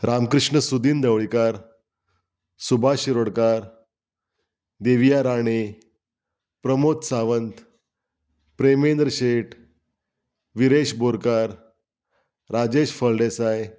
Ramakrishna Sudin Dhavalikar Subhash Shirodkar Deviya Rane Pramod Sawant Premendra Shet Viresh Borkar Rajesh Phaldesai